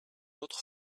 autre